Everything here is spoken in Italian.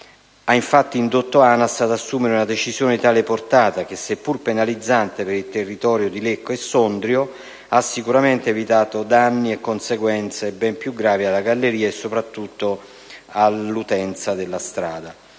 ha infatti indotto ANAS ad assumere una decisione di tale portata che, seppur penalizzante per il territorio di Lecco e Sondrio, ha sicuramente evitato danni e conseguenze ben più gravi alla galleria e, soprattutto, all'utenza della strada.